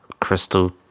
crystal